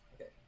Okay